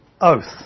oath